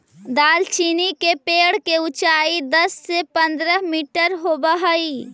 दालचीनी के पेड़ के ऊंचाई दस से पंद्रह मीटर होब हई